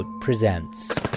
presents